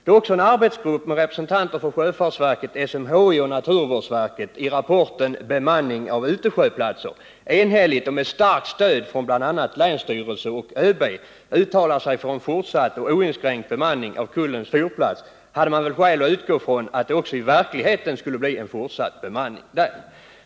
Då också en arbetsgrupp med representanter för sjöfartsverket, SMHI och naturvårdsverket i rapporten Bemanning av utsjöplatser enhälligt och med starkt stöd från bl.a. länsstyrelsen och ÖB uttalar sig för en fortsatt och oinskränkt bemanning av Kullens fyrplats hade man väl skäl att utgå från att det också i verkligheten skulle bli en fortsatt bemanning där.